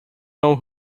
know